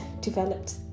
Developed